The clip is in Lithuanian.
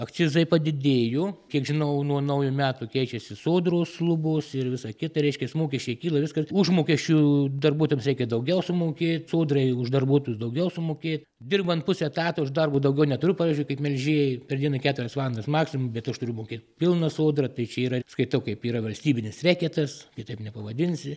akcizai padidėjo kiek žinau nuo naujų metų keičiasi sodros lubos ir visa kita reiškias mokesčiai kyla viskas užmokesčių darbuotojams reikia daugiau sumokėt sodrai už darbuotojus daugiau sumokėt dirbant puse etato aš darbo daugiau neturiu pavyzdžiui kaip melžėjai per dieną keturias valandas maksimum bet aš turiu mokėt pilną sodrą tai čia yra skaitau kaip yra valstybinis reketas kitaip nepavadinsi